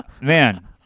man